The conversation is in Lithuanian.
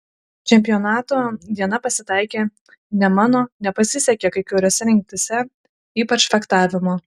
čempionato diena pasitaikė ne mano nepasisekė kai kuriose rungtyse ypač fechtavimo